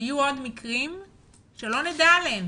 שיהיו עוד מקרים שלא נדע עליהם.